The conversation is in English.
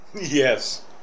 Yes